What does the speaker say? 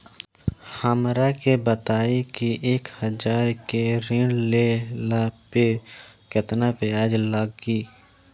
हमरा के बताई कि एक हज़ार के ऋण ले ला पे केतना ब्याज लागी?